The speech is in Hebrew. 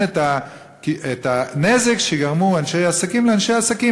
את הנזק שגרמו אנשי עסקים לאנשי עסקים.